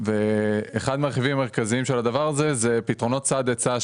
אחד מהרכיבים המרכזיים של הדבר הזה הוא פתרונות צד היצע,